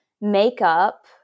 makeup